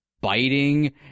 biting